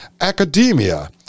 academia